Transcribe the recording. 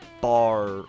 bar